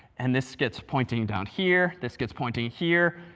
and this gets pointing down here. this gets pointing here.